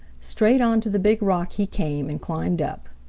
straight on to the big rock he came, and climbed up.